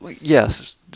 yes